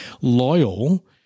loyal